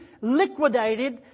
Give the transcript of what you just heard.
liquidated